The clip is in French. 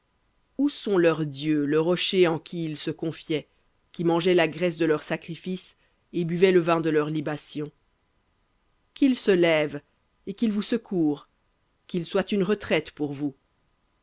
où sont leurs dieux le rocher en qui ils se confiaient qui mangeaient la graisse de leurs sacrifices buvaient le vin de leurs libations qu'ils se lèvent et qu'ils vous secourent qu'ils soient une retraite pour vous